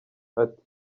ati